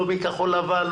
לא בכחול לבן,